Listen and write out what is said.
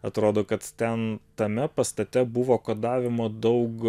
atrodo kad ten tame pastate buvo kodavimo daug